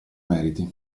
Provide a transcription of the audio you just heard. meriti